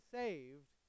saved